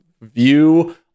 view